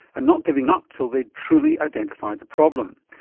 and not giving up until they'd truly identified the problem.